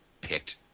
picked